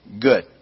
good